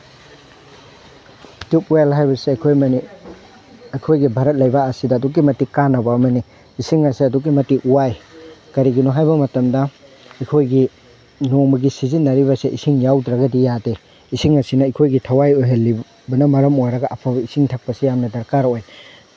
tube well ꯍꯥꯏꯕꯁꯦ ꯑꯩꯈꯣꯏ ꯑꯩꯈꯣꯏꯒꯤ ꯚꯥꯔꯠ ꯂꯩꯕꯥꯛ ꯑꯁꯤꯗ ꯑꯗꯨꯛꯀꯤ ꯃꯇꯤꯛ ꯀꯥꯟꯅꯕ ꯑꯃꯅꯤ ꯏꯁꯤꯡ ꯑꯁꯦ ꯑꯗꯨꯛꯀꯤ ꯃꯇꯤꯛ ꯋꯥꯏ ꯀꯔꯤꯒꯤꯅꯣ ꯍꯥꯏꯕ ꯃꯇꯝꯗ ꯑꯩꯈꯣꯏꯒꯤ ꯅꯣꯡꯃꯒꯤ ꯁꯤꯖꯤꯟꯅꯔꯤꯕꯁꯦ ꯏꯁꯤꯡ ꯌꯥꯎꯗ꯭ꯔꯒꯗꯤ ꯌꯥꯗꯦ ꯏꯁꯤꯡ ꯑꯁꯤꯅ ꯑꯩꯈꯣꯏꯒꯤ ꯊꯋꯥꯏ ꯑꯣꯏꯍꯜꯂꯤꯕꯅ ꯃꯔꯝ ꯑꯣꯏꯔꯒ ꯑꯐꯕ ꯏꯁꯤꯡ ꯊꯛꯄꯁꯦ ꯌꯥꯝꯅ ꯗꯔꯀꯥꯔ ꯑꯣꯏ